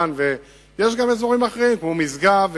יש גם אזורים אחרים כמו משגב.